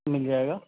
مِل جائے گا